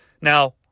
now